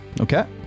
Okay